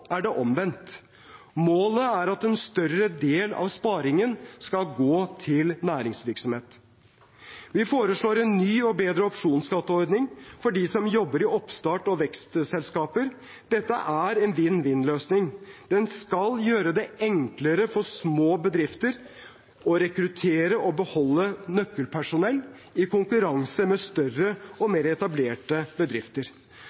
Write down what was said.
er det omvendt. Målet er at en større del av sparingen skal gå til næringsvirksomhet. Vi foreslår også en ny og bedre opsjonsskatteordning for dem som jobber i oppstarts- og vekstselskaper. Dette er en vinn-vinn-løsning. Den skal gjøre det enklere for små bedrifter å rekruttere og beholde nøkkelpersonell i konkurranse med større og